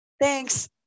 Thanks